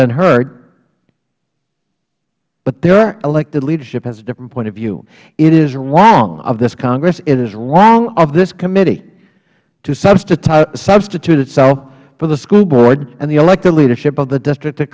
been heard but their elected leadership has a different point of view it is wrong of this congress it is wrong of this committee to substitute itself for the school board and the elected leadership of the district of